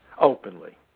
openly